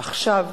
ועכשיו,